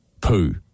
poo